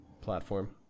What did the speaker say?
platform